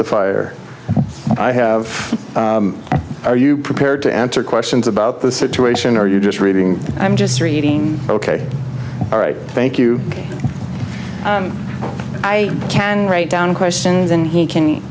testifier i have are you prepared to answer questions about the situation or you're just reading i'm just reading ok all right thank you i can write down questions and he can